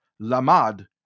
lamad